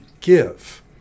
give